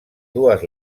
dues